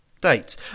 dates